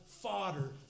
fodder